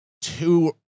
two